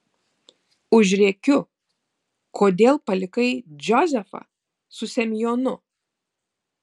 užrėkiu kodėl palikai džozefą su semionu